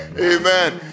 amen